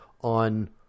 on